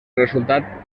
resultat